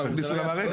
תכניסו למערכת.